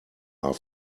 are